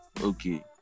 okay